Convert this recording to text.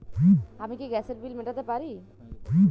আমি কি গ্যাসের বিল মেটাতে পারি?